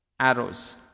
arrows